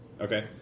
Okay